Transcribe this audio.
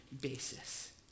basis